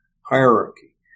hierarchy